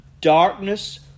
darkness